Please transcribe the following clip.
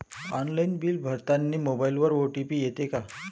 Online bill भरतानी मोबाईलवर OTP येते का?